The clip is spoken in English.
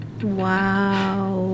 wow